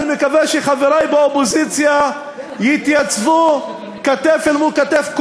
אני מקווה שחברי באופוזיציה יתייצבו כתף מול כתף,